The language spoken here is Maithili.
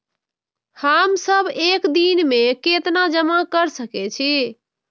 हम सब एक दिन में केतना जमा कर सके छी?